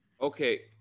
Okay